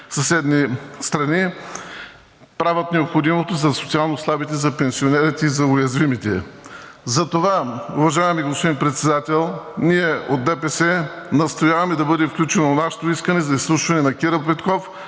съседни страни, правят необходимото за социално слабите, за пенсионерите и за уязвимите. Затова, уважаеми господин Председател, от ДПС настояваме да бъде включено нашето искане за изслушване на Кирил Петков